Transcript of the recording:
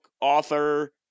author